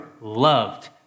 loved